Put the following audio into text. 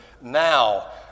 now